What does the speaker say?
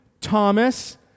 Thomas